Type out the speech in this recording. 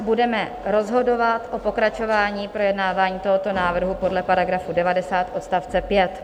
Budeme rozhodovat o pokračování projednávání tohoto návrhu podle § 90 odst. 5.